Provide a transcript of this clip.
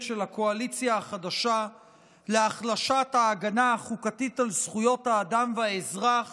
של הקואליציה החדשה להחלשת ההגנה החוקתית על זכויות האדם והאזרח